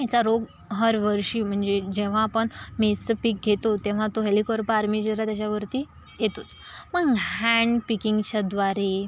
याचा रोग हरवर्षी म्हणजे जेव्हा आपण मेझचं पीक घेतो तेव्हा तो हेलिकोरपार्मिजर त्याच्यावरती येतोच मग हॅन्डपिकिंगच्या द्वारे